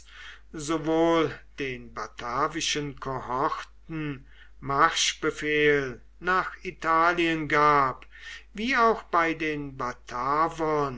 sowohl den batavischen kohorten marschbefehl nach italien gab wie auch bei den